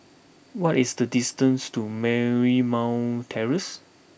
what is the distance to Marymount Terrace